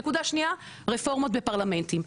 נקודה שנייה רפורמות בפרלמנטים,